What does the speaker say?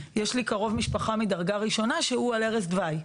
יש לי קרוב משפחה מדרגה ראשונה שהוא על ערש דווי.